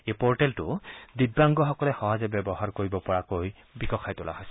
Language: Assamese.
এই পৰ্টেলটো দিব্যাংগসকলে সহজে ব্যৱহাৰ কৰিব পৰাকৈ বিকশাই তোলা হৈছে